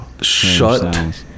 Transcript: Shut